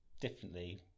differently